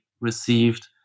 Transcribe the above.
received